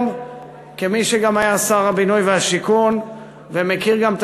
כמי שהיה שר הבינוי והשיכון ומכיר גם את